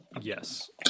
yes